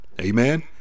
amen